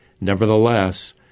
Nevertheless